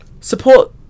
support